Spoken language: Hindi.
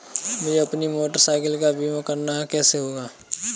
मुझे अपनी मोटर साइकिल का बीमा करना है कैसे होगा?